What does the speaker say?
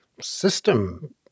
system